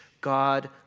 God